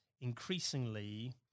increasingly